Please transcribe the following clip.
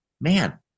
man